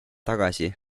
tagasi